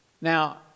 Now